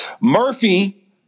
murphy